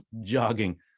jogging